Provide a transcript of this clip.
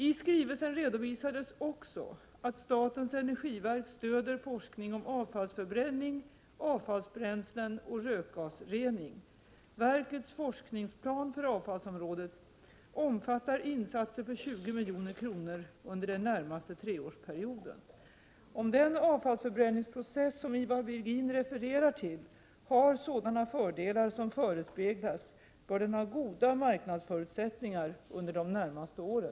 I skrivelsen redovisades också att statens energiverk stöder forskning om avfallsförbränning, avfallsbränslen och rökgasrening. Verkets forskningsplan för avfallsområdet omfattar insatser för 20 milj.kr. under den närmaste treårsperioden. Om den avfallsförbränningsprocess som Ivar Virgin refererar till har sådana fördelar som förespeglas, bör den ha goda marknadsförutsättningar under de närmaste åren.